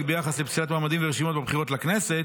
ביחס לפסילת מועמדים ורשימות בבחירות לכנסת